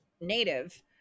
native